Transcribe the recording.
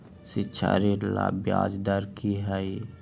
शिक्षा ऋण ला ब्याज दर कि हई?